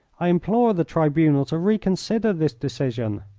i implore the tribunal to reconsider this decision.